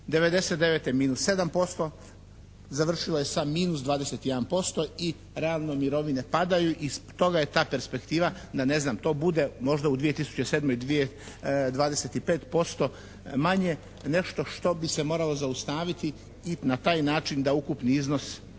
'99. minus 7% završilo je sa minus 21% i realno mirovine padaju i stoga je ta perspektiva da ne znam to možda bude u 2007. 25% manje nešto što bi se moralo zaustaviti i na taj način da ukupni iznos